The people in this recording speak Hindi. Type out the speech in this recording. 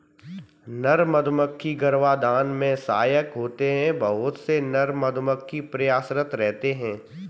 नर मधुमक्खी गर्भाधान में सहायक होते हैं बहुत से नर मधुमक्खी प्रयासरत रहते हैं